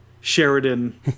Sheridan